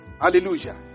Hallelujah